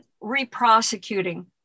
re-prosecuting